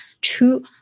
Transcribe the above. true